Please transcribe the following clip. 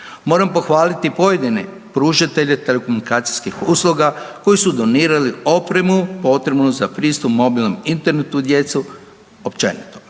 Moram pohvaliti pojedine pružatelje telekomunikacijskih usluga koji su donirali opremu potrebnu za pristup mobilnom internetu djeci općenito,